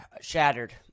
shattered